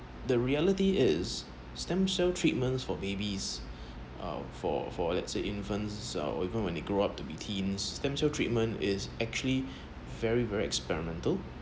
the reality is stem cell treatments for babies uh for for let's say infants even when they grow up to be teens stem cell treatment is actually very very experimental